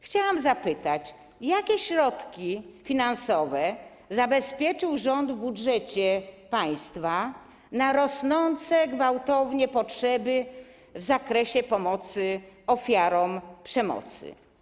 Chciałam zapytać: Jakie środki finansowe zabezpieczył rząd w budżecie państwa na rosnące gwałtownie potrzeby w zakresie pomocy ofiarom przemocy?